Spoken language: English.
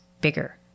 bigger